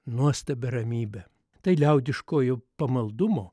nuostabia ramybe tai liaudiškojo pamaldumo